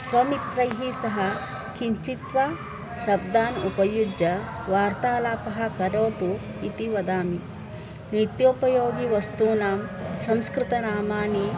स्वमित्रैः सह किञ्चित्वा शब्दान् उपयुज्य वार्तालापः करोतु इति वदामि नित्योपयोगिवस्तूनां संस्कृतनामानि